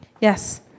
Yes